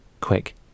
quick